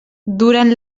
durant